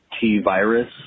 T-Virus